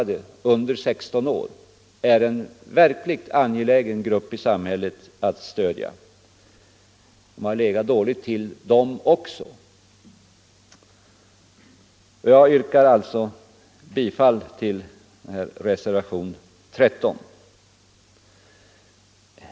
Vi anser nämligen att det är angeläget att stödja gruppen allvarligt handikappade under 16 år. Jag yrkar alltså bifall till reservationen 13.